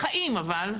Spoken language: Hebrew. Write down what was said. בחיים אבל,